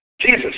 Jesus